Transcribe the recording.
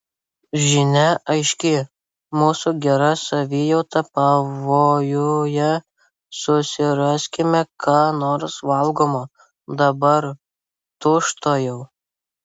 žinia aiški mūsų gera savijauta pavojuje susiraskime ką nors valgomo dabar tučtuojau